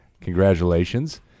Congratulations